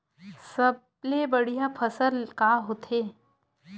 सबले बढ़िया फसल का होथे?